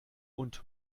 und